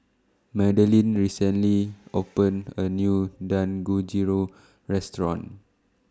Madelynn recently opened A New Dangojiru Restaurant